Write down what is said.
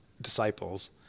disciples